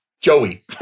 Joey